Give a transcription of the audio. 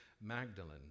Magdalene